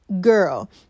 girl